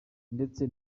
ndetse